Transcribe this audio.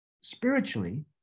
spiritually